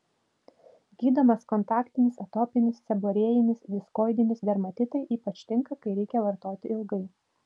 gydomas kontaktinis atopinis seborėjinis diskoidinis dermatitai ypač tinka kai reikia vartoti ilgai